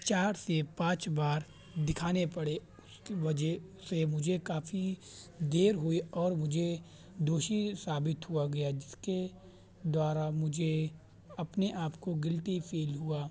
چار سے پانچ بار دکھانے پڑے اس کی وجہ سے مجھے کافی دیر ہوئی اور مجھے دوشی ثابت ہوا گیا جس کی دوارا مجھے اپنے آپ کو گلٹی فیل ہوا